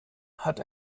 hat